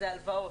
זה הלוואות,